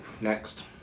Next